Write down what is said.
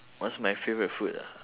what's my favourite food ah